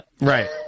Right